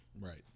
right